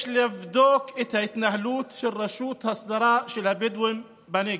יש לבדוק את ההתנהלות של רשות ההסדרה של הבדואים בנגב.